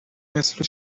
مثل